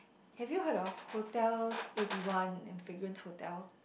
have you heard of Hotel Eighty One and Fragrance Hotel